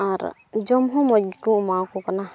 ᱟᱨ ᱡᱚᱢ ᱦᱚᱸ ᱢᱚᱡᱽ ᱜᱮᱠᱚ ᱮᱢᱟᱣᱟᱠᱚ ᱠᱟᱱᱟ